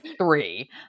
three